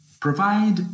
provide